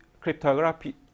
cryptography